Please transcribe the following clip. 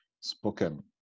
spoken